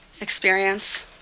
Experience